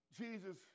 Jesus